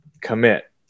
commit